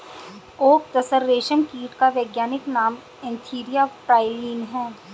okay तसर रेशम कीट का वैज्ञानिक नाम एन्थीरिया प्राइलीन है